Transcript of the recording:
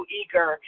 eager